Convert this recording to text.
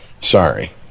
Sorry